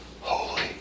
Holy